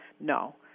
No